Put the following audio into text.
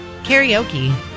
Karaoke